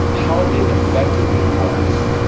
how it affected me was,